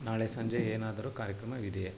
ನಾಳೆ ಸಂಜೆ ಏನಾದರೂ ಕಾರ್ಯಕ್ರಮವಿದೆಯೇ